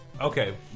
Okay